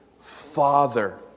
Father